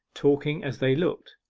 talking as they looked.